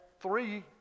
three